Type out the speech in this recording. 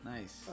Nice